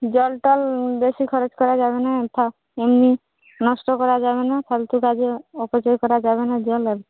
জলটল বেশি খরচ করা যাবে না নষ্ট করা যাবে না ফালতু কাজে অপচয় করা যাবে না জলের